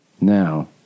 Now